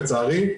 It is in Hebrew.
לצערי.